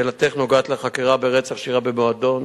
שאלתך נוגעת לחקירה ברצח שאירע במועדון